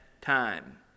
time